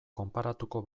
konparatuko